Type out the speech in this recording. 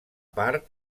part